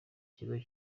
ikigo